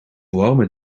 warme